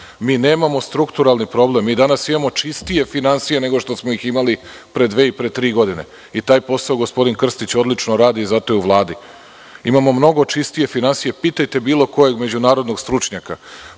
Mi nemamo strukturalni problem, danas imamo čistije finansije nego što smo ih imali pre dve ili tri godine. Taj posao gospodin Krstić odlično radi i zato je u Vladi. Imamo mnogo čistije finansije, pitajte bilo kojeg međunarodnog stručnjaka.